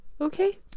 Okay